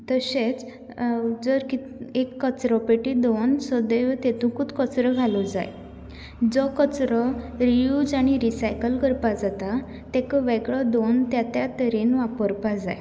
तशेंच जर एक कचरो पेटी दवरून सदैव तेतुकूच कचरो घालूं जाय जो कचरो रियूज आनी रिसायकल करपा जाता ताका वेगळो दवरून त्या त्या तरेन वापरपा जाय